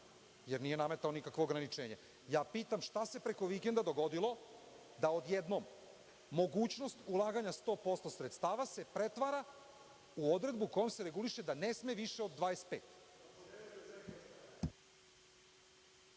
jer nije nametao nikakvo ograničenje. Pitam – šta se preko vikenda dogodilo da odjednom mogućnost ulaganja 100% sredstava se pretvara u odredbu kojom se reguliše da ne sme više od 25?